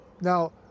Now